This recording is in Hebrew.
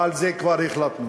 ועל זה כבר החלטנו.